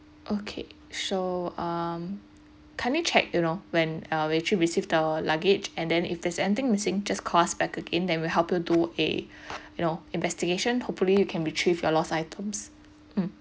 okay so um kindly check you know when uh you actually receive the luggage and then if there's anything missing just call us back again then we'll help you do a you know investigation hopefully you can retrieve your lost items mm